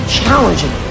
challenging